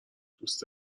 دوست